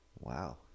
wow